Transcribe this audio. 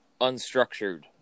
unstructured